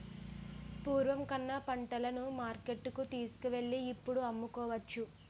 పూర్వం కన్నా పంటలను మార్కెట్టుకు తీసుకువెళ్ళి ఇప్పుడు అమ్ముకోవచ్చును